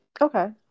okay